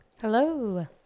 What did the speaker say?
Hello